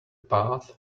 path